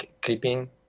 clipping